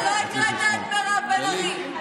אתה לא הקראת את מירב בן ארי.